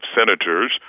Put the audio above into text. senators